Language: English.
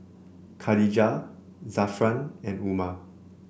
Khatijah Zafran and Umar